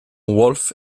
wolfe